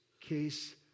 case